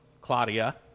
claudia